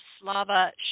Slava